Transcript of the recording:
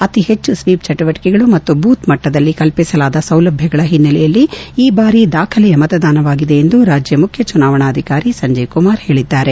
ಅತಿ ಹೆಚ್ಚು ಸ್ತೀಪ್ ಚಟುವಟಕೆಗಳು ಮತ್ತು ಬೂತ್ ಮಟ್ಟದಲ್ಲಿ ಕಲ್ಲಿಸಲಾದ ಸೌಲಭ್ಯಗಳ ಹಿನ್ನೆಲೆಯಲ್ಲಿ ಈ ಬಾರಿ ದಾಖಲೆಯ ಮತದಾನವಾಗಿದೆ ಎಂದು ರಾಜ್ಯ ಮುಖ್ಯ ಚುನಾವಣಾ ಅಧಿಕಾರಿ ಸಂಜೀವ್ ಕುಮಾರ್ ಹೇಳಿದ್ದಾರೆ